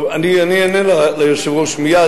אני אענה ליושב-ראש מייד,